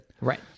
Right